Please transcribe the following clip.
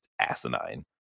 asinine